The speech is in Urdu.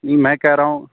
میں کہہ رہا ہوں